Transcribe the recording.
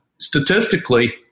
statistically